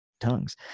tongues